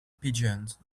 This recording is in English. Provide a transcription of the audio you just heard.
pigeons